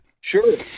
sure